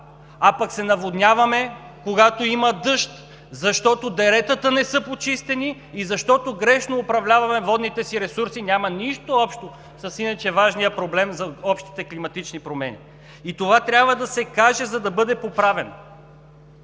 а пък се наводняваме, когато има дъжд, защото деретата не са почистени, защото грешно управляваме водните си ресурси и няма нищо общо с иначе важния проблем за общите климатични промени. Това трябва да се каже, за да бъде поправено.